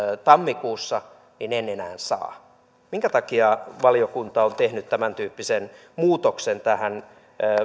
tammikuussa niin en enää saa minkä takia valiokunta on tehnyt tämäntyyppisen muutoksen tähän